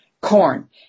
corn